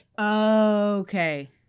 Okay